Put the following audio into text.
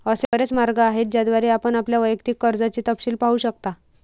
असे बरेच मार्ग आहेत ज्याद्वारे आपण आपल्या वैयक्तिक कर्जाचे तपशील पाहू शकता